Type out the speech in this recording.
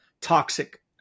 toxic